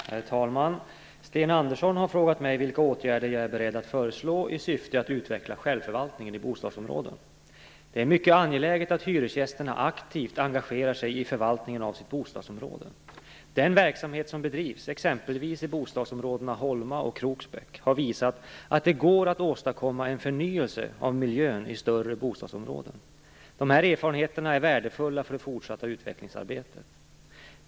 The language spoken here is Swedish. Herr talman! Sten Andersson har frågat mig vilka åtgärder jag är beredd att föreslå i syfte att utveckla självförvaltning i bostadsområden. Det är mycket angeläget att hyresgästerna aktivt engagerar sig i förvaltningen av sitt bostadsområde. Den verksamhet som bedrivs exempelvis i bostadsområdena Holma och Kroksbäck har visat att det går att åstadkomma en förnyelse av miljön i större bostadsområden. Dessa erfarenheter är värdefulla för det fortsatta utvecklingsarbetet.